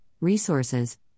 resources